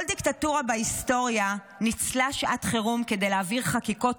כל דיקטטורה בהיסטוריה ניצלה שעת חירום כדי להעביר חקיקות